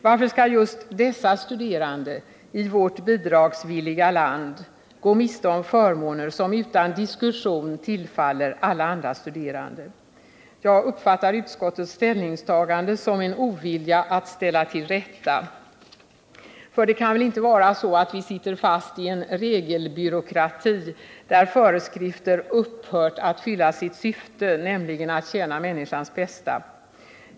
Varför skall just dessa studerande i vårt bidragsvilliga land gå miste om förmåner, som utan diskussion tillfaller alla andra studerande? Jag uppfattar utskottets ställningstagande som en ovilja att ställa till rätta — för det kan väl inte vara så att vi sitter fast i en regelbyråkrati där föreskrifter upphört att fylla sitt syfte, nämligen att tjäna människans bästa?